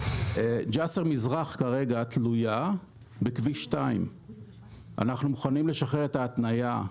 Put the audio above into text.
ג'סר מזרח תלויה בכביש 2. אנחנו מוכנים לשחרר את התניה,